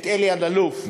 את אלי אלאלוף.